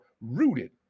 rooted